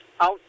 out